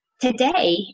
today